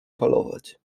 falować